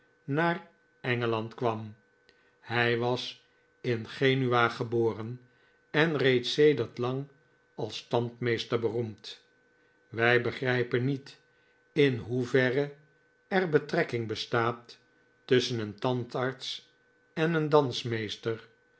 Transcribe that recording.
naar engeland kwam hij was in genua geboren en reeds sedert lang als tandmeester beroemd wij begrijpen niet in hoeverre er betrekking bestaat tusschen een tandarts en een